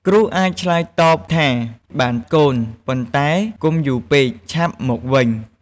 គ្រូអាចតបវិញថា បានកូន ប៉ុន្តែកុំយូរពេក ឆាប់មកវិញ។